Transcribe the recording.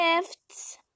gifts